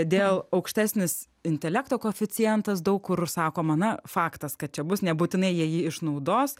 dėl aukštesnis intelekto koeficientas daug kur sakoma na faktas kad čia bus ne būtinai jie jį išnaudos